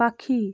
পাখি